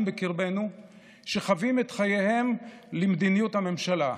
בקרבנו שחבים את חייהם למדיניות הממשלה,